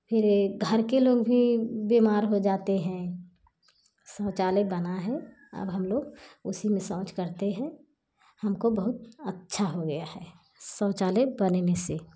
फिर ए घर के लोग भी बीमार हो जाते हैं शौचालय बना है अब हम लोग उसी में शौच करते हैं हमको बहुत अच्छा हो गया है शौचालय बनने से